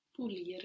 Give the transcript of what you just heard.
Pulire